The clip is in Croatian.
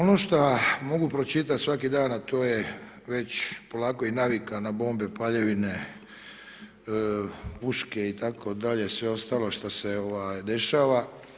Ono što mogu pročitati svaki dan, a to je već polako i navika na bombe, paljevine, puške itd. sve ostalo što se dešava.